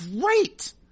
great